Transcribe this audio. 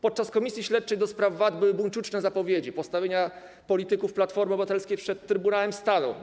Podczas komisji śledczej do spraw VAT były buńczuczne zapowiedzi postawienia polityków Platformy Obywatelskiej przed Trybunałem Stanu.